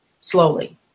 slowly